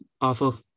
awful